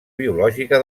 biològica